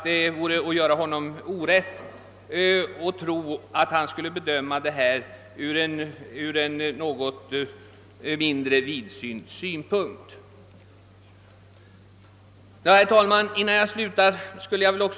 Det vore att göra honom orätt att mistänka, att han skulle bedöma denna fråga mindre vidsynt än vi.